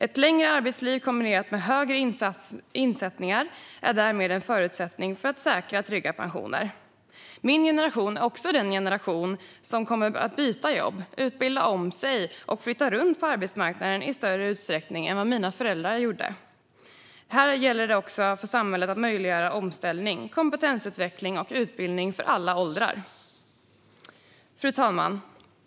Ett längre arbetsliv kombinerat med högre insättningar är därmed en förutsättning för att säkra trygga pensioner. Min generation är också en generation som kommer att byta jobb, utbilda om sig och flytta runt på arbetsmarknaden i större utsträckning än vad mina föräldrar gjorde. Här gäller det också för samhället att möjliggöra omställning, kompetensutveckling och utbildning för alla åldrar. Fru talman!